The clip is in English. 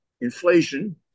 inflation